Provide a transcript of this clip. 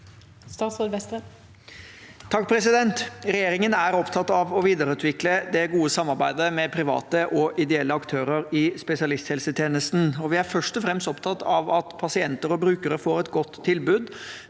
Christian Vestre Regjerin- gen er opptatt av å videreutvikle det gode samarbeidet med private og ideelle aktører i spesialisthelsetjenesten. Vi er først og fremst opptatt av at pasienter og brukere får et godt tilbud